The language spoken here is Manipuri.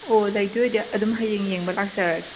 ꯑꯣ ꯂꯩꯗꯣꯏ ꯑꯣꯏꯗꯤ ꯑꯗꯨꯝ ꯍꯌꯦꯡ ꯌꯦꯡꯕ ꯂꯥꯛꯆꯔꯒꯦ